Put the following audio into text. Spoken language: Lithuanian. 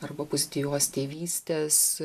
arba pozityvios tėvystės